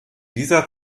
dieser